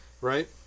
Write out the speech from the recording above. right